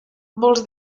molts